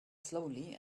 slowly